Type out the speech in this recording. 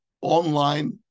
online